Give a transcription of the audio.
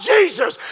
Jesus